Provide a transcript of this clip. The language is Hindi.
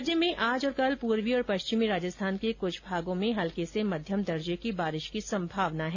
राज्य में आज और कल पूर्वी और पश्चिमी राजस्थान के कुछ भागों में हल्की से मध्यम दर्जे की बारिश होने की संभावना है